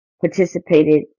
participated